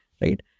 right